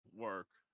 Work